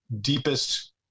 deepest